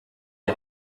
die